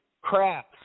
crafts